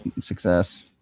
success